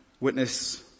witness